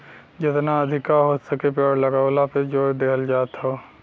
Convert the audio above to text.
जेतना अधिका हो सके पेड़ लगावला पे जोर दिहल जात हौ